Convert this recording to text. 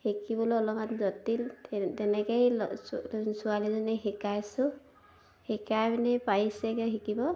শিকিবলৈ অলপমান জটিল তেনেকৈয়ে ছোৱালীজনীক শিকাইছোঁ শিকাই পিনি পাৰিছেগৈ শিকিব